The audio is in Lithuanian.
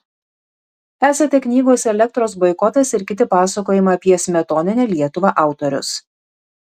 esate knygos elektros boikotas ir kiti pasakojimai apie smetoninę lietuvą autorius